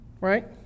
right